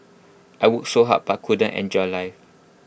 I worked so hard but couldn't enjoy life